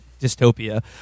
dystopia